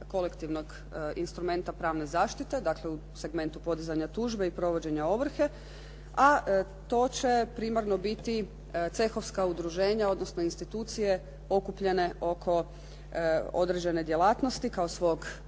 kolektivnog instrumenta pravne zaštite, dakle u segmentu podizanja tužbe i provođenja ovrhe, a to će primarno biti cehovska udruženja, odnosno institucije okupljene oko određene djelatnosti kao svog